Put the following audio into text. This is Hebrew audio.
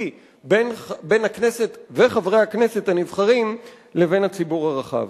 בין הכנסת וחברי הכנסת הנבחרים לבין הציבור הרחב.